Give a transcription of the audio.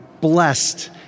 blessed